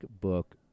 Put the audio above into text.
book